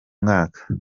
mwaka